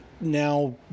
now